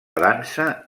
dansa